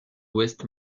ouest